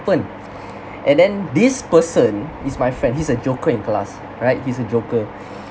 happened and then this person he's my friend he's a joker in class right he's a joker